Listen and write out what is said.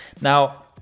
Now